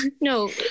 no